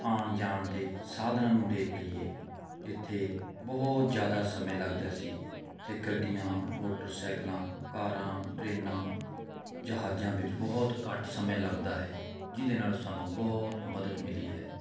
ਆਉਣ ਜਾਣ ਦੇ ਸਾਧਨਾਂ ਨੂੰ ਦੇਖ ਲਈਏ ਜਿੱਥੇ ਬਹੁਤ ਜ਼ਿਆਦਾ ਸਮੇਂ ਲੱਗਦਾ ਸੀ ਉੱਥੇ ਗੱਡੀਆਂ ਮੋਟਰ ਸਾਈਕਲਾਂ ਕਾਰਾਂ ਟ੍ਰੇਨਾਂ ਜਹਾਜ਼ਾਂ ਵਿੱਚ ਬਹੁਤ ਘੱਟ ਸਮੇਂ ਲਗਦਾ ਹੈ ਜਿਹਦੇ ਨਾਲ ਸਾਨੂੰ ਬਹੁਤ ਮਦਦ ਮਿਲੀ ਹੈ